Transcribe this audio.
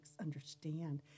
understand